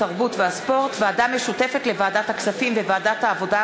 התרבות והספורט ובוועדה המשותפת לוועדת הכספים וועדת העבודה,